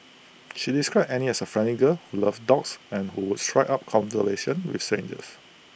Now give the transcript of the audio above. she described Annie as A friendly girl who loved dogs and who would strike up with strangers